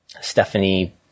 Stephanie